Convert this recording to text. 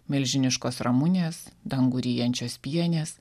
milžiniškos ramunės dangų ryjančios pienės